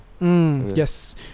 yes